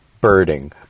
birding